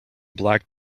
black